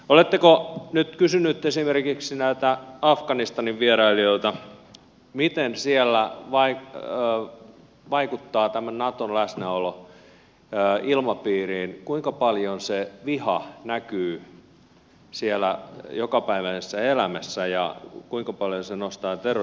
oletteko nyt kysynyt esimerkiksi näiltä afganistanin vierailijoilta miten siellä vaikuttaa naton läsnäolo ilmapiiriin kuinka paljon se viha näkyy siellä jokapäiväisessä elämässä ja kuinka paljon se nostaa terrorismin vaaraa